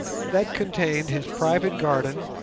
that contained his private garden,